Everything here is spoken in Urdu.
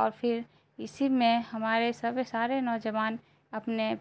اور پھر اسی میں ہمارے سب سارے نوجوان اپنے